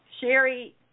Sherry